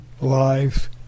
life